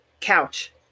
couch